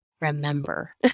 remember